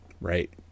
Right